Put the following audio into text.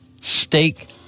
steak